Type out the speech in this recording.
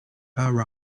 her